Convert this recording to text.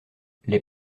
les